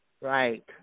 right